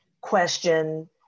question